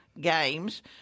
games